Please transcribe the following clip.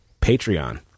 Patreon